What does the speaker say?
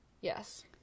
Yes